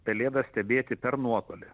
pelėdas stebėti per nuotolį